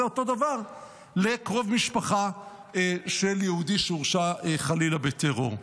אותו דבר לקרוב משפחה של יהודי שהורשע חלילה בטרור.